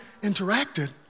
interacted